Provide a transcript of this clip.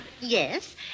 Yes